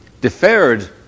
Deferred